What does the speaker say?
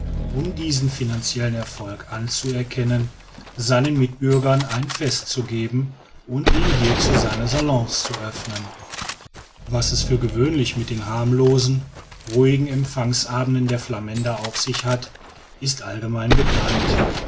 um diesen finanziellen erfolg anzuerkennen seinen mitbürgern ein fest zu geben und ihnen hierzu seine salons zu öffnen was es für gewöhnlich mit den harmlosen ruhigen empfangsabenden der flamänder auf sich hat ist allgemein bekannt